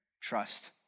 trust